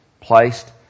placed